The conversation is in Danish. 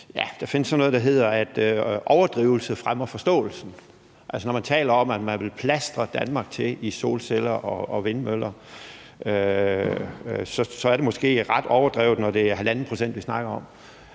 overdrivelse. Man siger jo, at overdrivelse fremmer forståelsen. Altså, når ordføreren taler om, at man vil plastre Danmark til med solceller og vindmøller, er det måske ret overdrevet, når det er 1½ pct. vi snakker om.